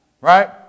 Right